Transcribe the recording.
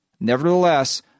Nevertheless